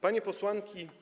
Panie Posłanki!